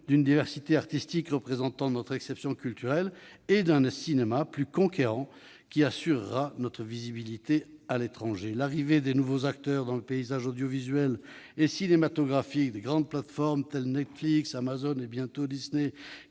d'une diversité artistique représentant notre exception culturelle et d'un cinéma plus conquérant, qui assurera notre visibilité à l'étranger. L'arrivée de nouveaux acteurs dans le paysage audiovisuel et cinématographique- je pense aux grandes plateformes comme Netflix, Amazon et bientôt Disney,